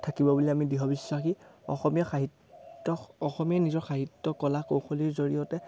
থাকিব বুলি আমি দৃঢ় বিশ্বাসী অসমীয়া সাহিত্য অসমীয়াই নিজৰ সাহিত্য কলা কৌশলীৰ জৰিয়তে